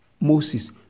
Moses